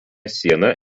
siena